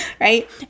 Right